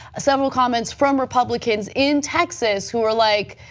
several comments from republicans in texas who are like,